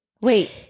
Wait